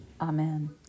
Amen